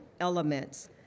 elements